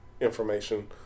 information